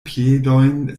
piedojn